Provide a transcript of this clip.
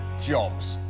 jobs.